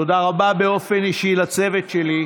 תודה רבה באופן אישי לצוות שלי,